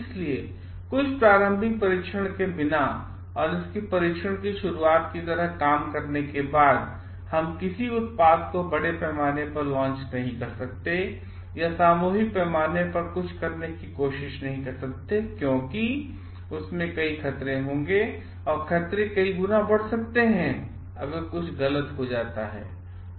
इसलिए कुछ प्रारंभिक परीक्षण के बिना और इसकी परीक्षण शुरुआत की तरह काम करने के बाद हम किसी उत्पाद को बड़े पैमाने पर लॉन्च नहीं कर सकते हैं या सामूहिक पैमाने पर कुछ करने की कोशिश नहीं कर सकते हैं क्योंकि उस स्थिति में कई खतरे होंगे और खतरे कई गुना बढ़ सकते हैं अगर कुछ गलत हो जाता है